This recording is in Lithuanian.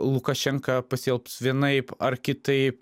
lukašenka pasielgs vienaip ar kitaip